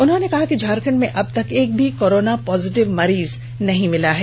उन्होंने कहा कि झारखंड में अब तक एक भी कोरोना पॉजिटिव मरीज नहीं मिला है